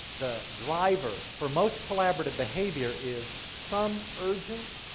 the driver for most collaborative behavior is some urgent,